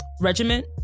regiment